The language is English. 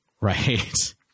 right